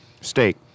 Steak